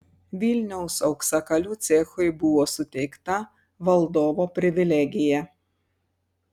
vilniaus auksakalių cechui buvo suteikta valdovo privilegija